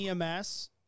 EMS